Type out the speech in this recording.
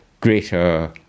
greater